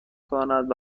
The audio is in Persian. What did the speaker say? کند